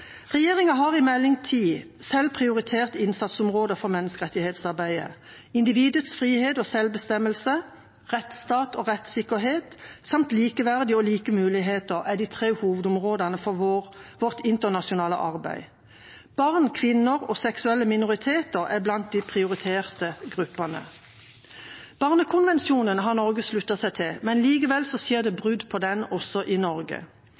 Regjeringa har i Meld. St. 10 for 2014–2015 selv prioritert innsatsområder for menneskerettighetsarbeidet: Individets frihet og selvbestemmelse, rettsstat og rettssikkerhet samt likeverd og like muligheter er de tre hovedområdene for vårt internasjonale arbeid. Barn, kvinner og seksuelle minoriteter er blant de prioriterte gruppene. Barnekonvensjonen har Norge sluttet seg til, men likevel skjer det brudd på den også i Norge.